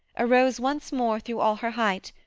arose once more through all her height,